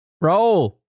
roll